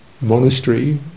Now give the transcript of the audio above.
monastery